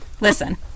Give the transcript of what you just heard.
Listen